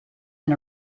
and